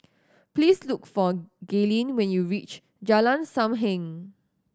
please look for Gaylene when you reach Jalan Sam Heng